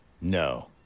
no